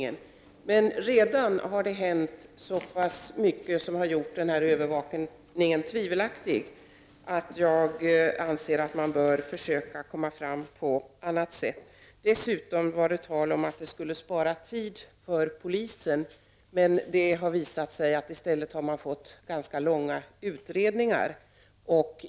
Det har dock redan hänt så pass mycket som har gjort övervakningen tvivelaktig att jag anser att man bör försöka med andra lösningar. Det var dessutom tal om att övervakningen skulle spara tid för polisen. Det har i stället visat sig att man får ganska långa utredningar.